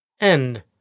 End